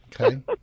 Okay